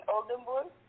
Oldenburg